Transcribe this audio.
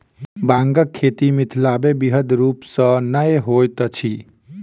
बांगक खेती मिथिलामे बृहद रूप सॅ नै होइत अछि